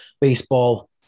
baseball